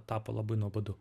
tapo labai nuobodu